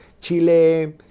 Chile